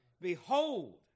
Behold